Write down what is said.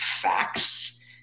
facts